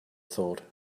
thought